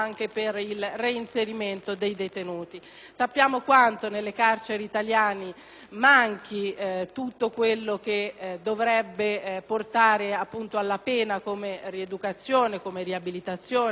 Sappiamo quanto nelle carceri italiane manchi tutto quello che dovrebbe portare alla pena come rieducazione e riabilitazione: mancano gli assistenti sociali, il